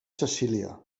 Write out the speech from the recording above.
cecília